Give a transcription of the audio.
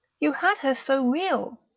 you had her so real,